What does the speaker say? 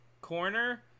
Corner